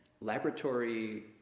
laboratory